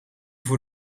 voor